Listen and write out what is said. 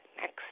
Next